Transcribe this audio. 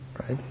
right